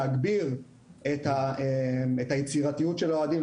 להגביר את היצירתיות של האוהדים,